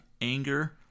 anger